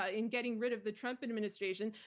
ah in getting rid of the trump administration,